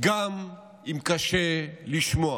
גם אם קשה לשמוע.